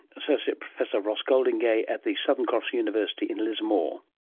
associate professor ross goldingay at the southern cross university in lismore